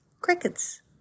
Crickets